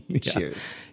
Cheers